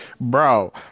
bro